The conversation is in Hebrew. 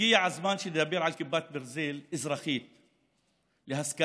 הגיע הזמן שנדבר על כיפת ברזל אזרחית, להשכלה,